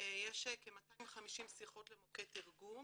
יש כ-250 שיחות למוקד תרגום,